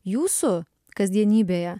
jūsų kasdienybėje